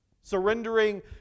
Surrendering